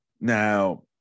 Now